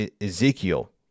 Ezekiel